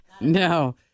no